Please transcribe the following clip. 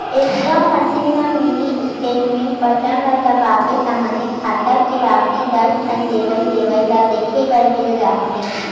ATM machine म mini statement button ल दबाबे ताहाँले खाता के आखरी दस ठन लेवइ देवइ ल देखे बर मिल जाथे